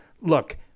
look